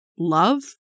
Love